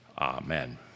Amen